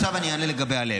ועכשיו אני אענה לגבי הלב.